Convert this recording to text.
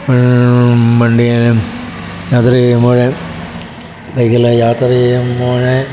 വണ്ടിയിലും യാത്ര ചെയ്യുമ്പോൾ ബൈക്കിൽ യാത്ര ചെയ്യുമ്പോൾ